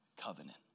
covenant